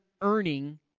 earning